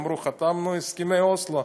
אמרו: חתמנו על הסכמי אוסלו,